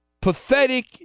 pathetic